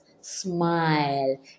smile